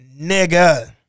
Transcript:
Nigga